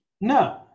No